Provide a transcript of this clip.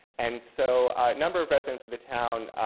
and so a number of residents of the town